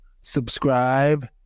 subscribe